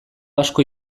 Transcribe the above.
asko